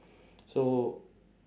so